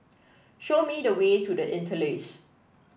show me the way to The Interlace